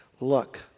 look